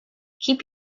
keep